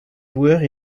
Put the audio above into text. joueurs